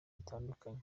bitandukanye